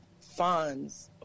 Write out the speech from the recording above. funds